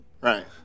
Right